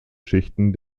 schichten